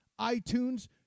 iTunes